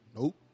Nope